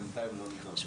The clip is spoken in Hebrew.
נכון לאוגוסט